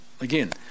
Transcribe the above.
again